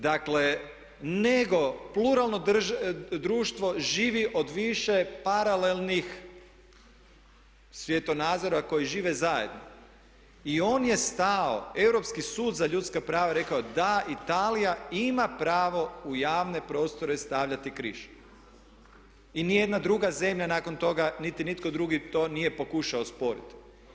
Dakle, nego pluralno društvo živi od više paralelnih svjetonazora koji žive zajedno i on je stao, Europski sud za ljudska prava rekao je da Italija ima pravo u javne prostore stavljati križ i ni jedna druga zemlja nakon toga niti nitko drugi to nije pokušao osporiti.